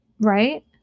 right